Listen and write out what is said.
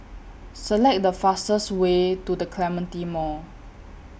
Select The fastest Way to The Clementi Mall